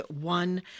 One